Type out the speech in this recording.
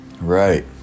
Right